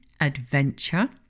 adventure